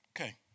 Okay